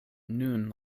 nun